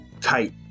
tight